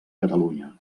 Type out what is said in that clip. catalunya